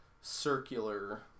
circular